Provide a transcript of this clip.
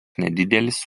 nedidelis